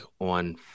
on